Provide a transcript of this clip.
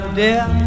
dear